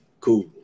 cool